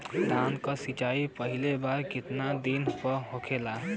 धान के सिचाई पहिला बार कितना दिन पे होखेला?